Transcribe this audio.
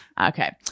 Okay